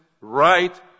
right